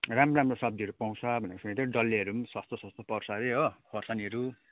राम्रो राम्रो सब्जीहरू पाउँछ भनेको सुनेको थिएँ डल्लेहरू पनि सस्तो सस्तो पर्छ अरे हो खोर्सानीहरू